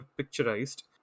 picturized